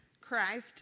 Christ